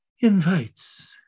invites